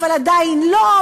אבל עדיין לא,